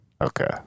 Okay